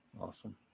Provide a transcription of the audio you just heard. Awesome